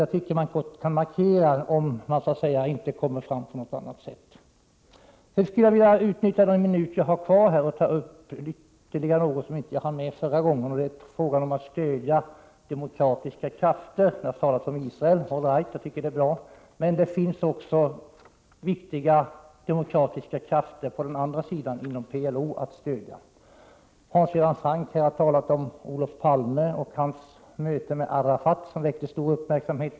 Jag tycker att man kan göra en markering, om man inte kan åstadkomma resultat på något annat sätt. Sedan skulle jag vilja utnyttja den minut jag har kvar av min taletid för att ta upp en sak som jag inte hann med i mitt första inlägg. Det gäller frågan om att stödja demokratiska krafter. Det har i det sammanhanget talats om Israel. All right, det är bra. Men det finns också viktiga demokratiska krafter inom PLO att stödja. Hans Göran Franck har talat om Olof Palmes möte med Arafat, vilket på sin tid väckte stor uppmärksamhet.